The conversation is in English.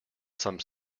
some